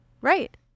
Right